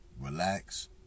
relax